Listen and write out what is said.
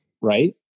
right